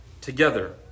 Together